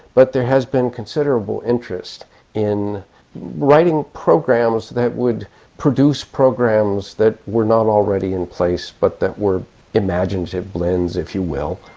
but there has been considerable interest in writing programs that would produce programs that were not already in place but were imaginative blends, if you will,